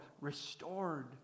restored